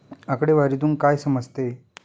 आकडेवारीतून काय समजते?